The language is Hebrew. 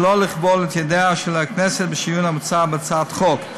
ולא לכבול את ידיה של הכנסת בשריון המוצע בהצעת החוק.